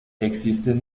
existen